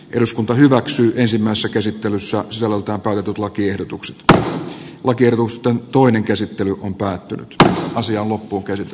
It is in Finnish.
eduskunta hyväksyy esimmässä käsittelyssä sisällöltään kaivetut lakiehdotukset että alakerrosten toinen käsittely on päättynyt ja asia loppuunkäsite